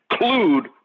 include